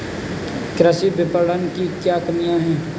कृषि विपणन की क्या कमियाँ हैं?